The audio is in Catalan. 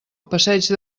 passeig